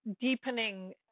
deepening